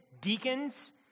deacons